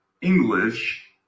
English